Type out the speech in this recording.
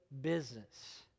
business